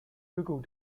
google